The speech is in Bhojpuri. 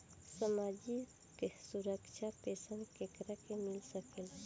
सामाजिक सुरक्षा पेंसन केकरा के मिल सकेला?